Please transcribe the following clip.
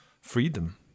freedom